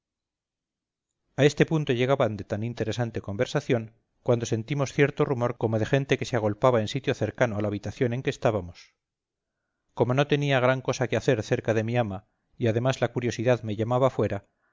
a este punto llegaban de tan interesante conversación cuando sentimos cierto rumor como de gente que se agolpaba en sitio cercano a la habitación en que estábamos como no tenía gran cosa que hacer cerca de mi ama y además la curiosidad me llamaba fuera